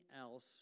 else